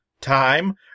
time